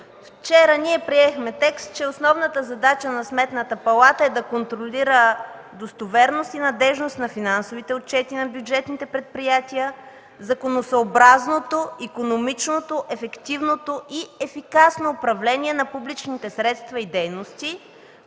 Вчера приехме текст, че основната задача на Сметната палата е да контролира достоверност и надеждност на финансовите отчети на бюджетните предприятия, законосъобразното, икономичното, ефективното и ефикасно управление на публичните средства и дейности,